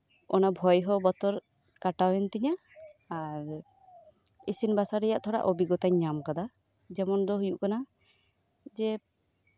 ᱚᱱᱟ ᱵᱷᱚᱭᱦᱚᱸ ᱵᱚᱛᱚᱨ ᱠᱟᱴᱟᱣᱮᱱ ᱛᱤᱧᱟᱹ ᱟᱨ ᱤᱥᱤᱱ ᱵᱟᱥᱟᱝ ᱨᱮᱭᱟᱜ ᱛᱷᱚᱲᱟ ᱚᱵᱤᱜᱚᱛᱟᱧ ᱧᱟᱢᱟᱠᱟᱫᱟ ᱡᱮᱢᱚᱱ ᱫᱚ ᱦᱳᱭᱳᱜ ᱠᱟᱱᱟ ᱡᱮ